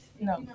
No